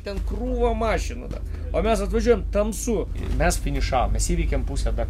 ten krūva mašinų da o mes atvažiuojam tamsu mes finišavom mes įveikėm pusę da